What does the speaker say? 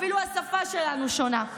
אפילו השפה שלנו שונה.